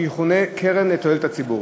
שיכונה "קרן לתועלת הציבור",